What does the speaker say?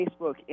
Facebook